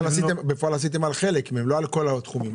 בפועל עשיתם על חלק מהם, לא על כל התחומים.